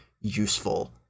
useful